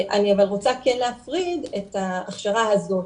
אבל אני כן רוצה להפריד את ההכשרה הזאת,